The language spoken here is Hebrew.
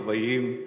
מאוויים,